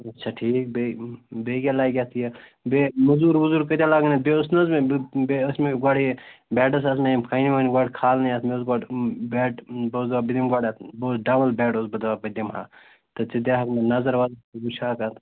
اَچھا ٹھیٖک بیٚیہِ بیٚیہِ کیٛاہ لَگہِ اَتھ یہِ بیٚیہِ موٚزوٗر ووٚزوٗر کۭتیاہ لَگَن اَتھ بیٚیہِ اوس نہَ حظ مےٚ بیٚیہِ ٲسۍ مےٚ گۄڈٕ یہِ بیٚٹَس آسہٕ مےٚ یِم کَنہِ وَنہِ گۄڈٕ کھالنہِ اَتھ مےٚ اوس گۄڈٕ بیٚٹ بہٕ اوسُس دپان بہٕ دِمہٕ گۄڈٕ اَتھ بہٕ اوسُس ڈَبُل بیٚڈ اوسُس بہٕ دپان بہٕ دِمہٕ ہا تہٕ ژٕ دِہاکھ مےٚ نظر وَظر ژٕ وُچھٕ ہاکھ اَتھ